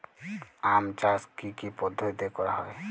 আম চাষ কি কি পদ্ধতিতে করা হয়?